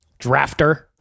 drafter